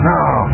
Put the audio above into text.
Now